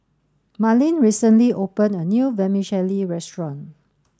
Marleen recently open a new Vermicelli restaurant